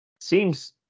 Seems